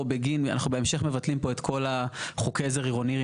בגין אנחנו בהמשך מבטלים פה את כל חוקי העזר העירוניים